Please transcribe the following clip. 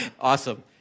Awesome